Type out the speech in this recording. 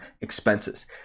expenses